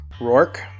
Rourke